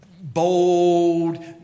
bold